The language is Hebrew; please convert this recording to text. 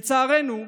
לצערנו,